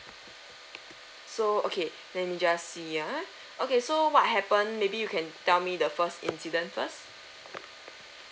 so okay let me just see ah okay so what happen maybe you can tell me the first incident first